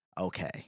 Okay